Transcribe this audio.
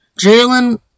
Jalen